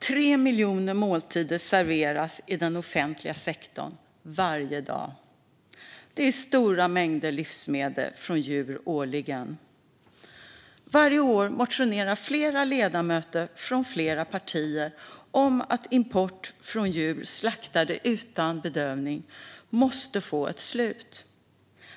3 miljoner måltider serveras inom den offentliga sektorn varje dag. Det blir stora mängder livsmedel från djur årligen. Varje år motionerar flera ledamöter från flera partier om att import av kött från djur slaktade utan bedövning måste få ett slut.